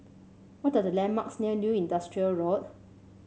what are the landmarks near New Industrial Road